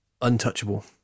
untouchable